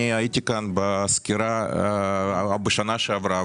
הייתי כאן בסקירה בשנה שעברה,